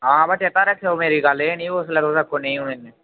हां पर चेता रक्खेओ मेरी गल्ल एह् नि उसलै तुस आक्खो नेईं होने इन्ने